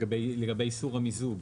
לגבי איסור המיזוג.